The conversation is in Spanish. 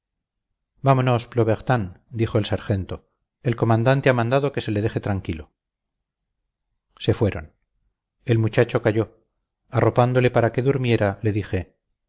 vámonos plobertin dijo el sargento el comandante ha mandado que se le deje tranquilo se fueron el muchacho calló arropándole para que durmiera le dije